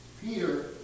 Peter